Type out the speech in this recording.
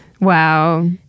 wow